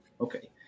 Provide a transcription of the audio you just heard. Okay